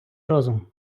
розум